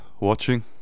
watching